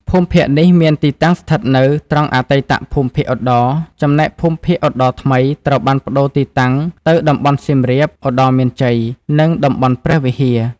ភូមិភាគនេះមានទីតាំងស្ថិតនៅ ត្រង់អតីតភូមិភាគឧត្តរ ចំណែកភូមិភាគឧត្តរថ្មីត្រូវបានប្តូរទីតាំងទៅតំបន់សៀមរាប-ឧត្តរមានជ័យ និងតំបន់ព្រះវិហារ។